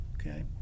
Okay